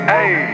Hey